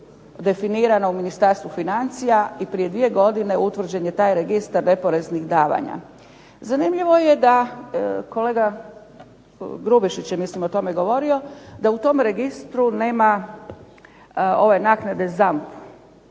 definirana u Ministarstvu financija i prije dvije godine utvrđen je taj registar neporeznih davanja. Zanimljivo je mislim da je kolega Grubišić o tome govorio, da u tom registru nema ove naknade jer